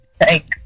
Thanks